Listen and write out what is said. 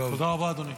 תודה רבה, אדוני.